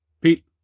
Pete